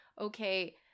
okay